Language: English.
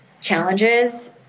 challenges